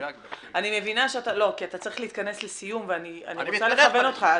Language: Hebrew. אתה צריך להתכנס לסיום, ואני רוצה לכוון אותך.